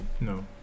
no